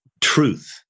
truth